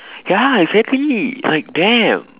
ya exactly like damn